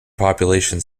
population